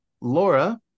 Laura